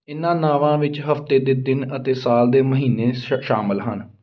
ਇਨ੍ਹਾਂ ਨਾਂਵਾਂ ਵਿੱਚ ਹਫ਼ਤੇ ਦੇ ਦਿਨ ਅਤੇ ਸਾਲ ਦੇ ਮਹੀਨੇ ਸ਼ ਸ਼ਾਮਲ ਹਨ